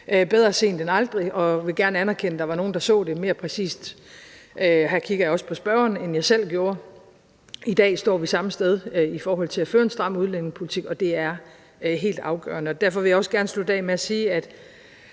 bedre sent end aldrig. Og jeg vil gerne anerkende, at der var nogle, der så det mere præcist – og her kigger jeg også på ordføreren for forespørgerne – end jeg selv gjorde. I dag står vi samme sted i forhold til at føre en stram udlændingepolitik, og det er helt afgørende. Derfor vil jeg også gerne slutte af med at sige, at